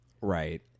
Right